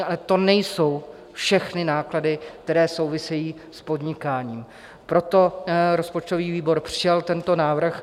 Ale to nejsou všechny náklady, které souvisejí s podnikáním, proto rozpočtový výbor přijal tento návrh.